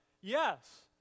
Yes